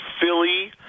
Philly